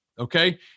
okay